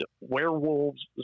Werewolves